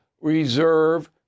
reserve